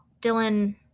Dylan